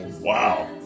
wow